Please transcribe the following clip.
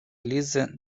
лізе